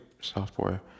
software